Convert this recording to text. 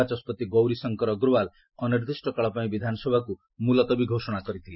ବାଚସ୍କତି ଗୌରୀଶଙ୍କର ଅଗ୍ରୱାଲ୍ ଅନିର୍ଦ୍ଦିଷ୍ଟ କାଳ ପାଇଁ ବିଧାନସଭାକୁ ମୁଲତବୀ ଘୋଷଣା କରିଥିଲେ